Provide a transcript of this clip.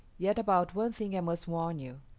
yet about one thing i must warn you.